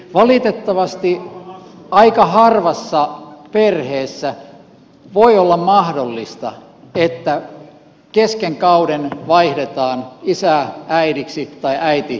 valitettavasti aika harvassa perheessä voi olla mahdollista että kesken kauden vaihdetaan isä äidiksi tai äiti isäksi